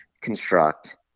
construct